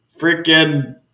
Freaking